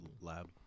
lab